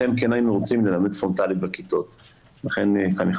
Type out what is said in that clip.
לכן כן היינו רוצים ללמד פרונטלית בכיתות.